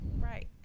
Right